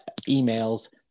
emails